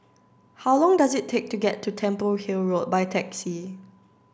how long does it take to get to Temple Hill Road by taxi